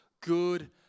good